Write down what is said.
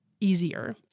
easier